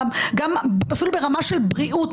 גם אפילו ברמה של בריאות,